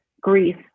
grief